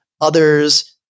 others –